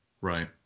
Right